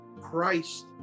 Christ